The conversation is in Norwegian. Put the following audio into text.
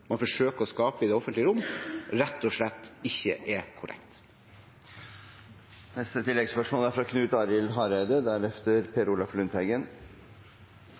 man forsøker å gi i det offentlige rom, rett og slett ikke er korrekt. Knut Arild Hareide